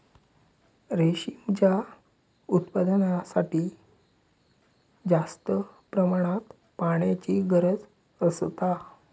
रेशीमच्या उत्पादनासाठी जास्त प्रमाणात पाण्याची गरज असता